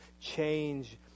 change